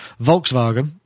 Volkswagen